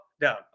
down